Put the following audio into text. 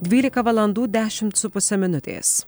dvylika valandų dešimt su puse minutės